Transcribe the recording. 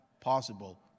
possible